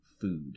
food